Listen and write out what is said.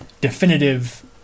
definitive